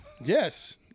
Yes